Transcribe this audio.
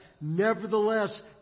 nevertheless